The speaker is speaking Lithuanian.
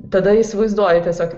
tada įsivaizduoji tiesiog